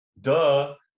Duh